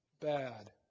bad